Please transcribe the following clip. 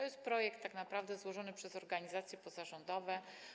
Jest to projekt tak naprawdę złożony przez organizacje pozarządowe.